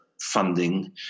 funding